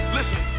Listen